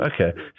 Okay